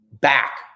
back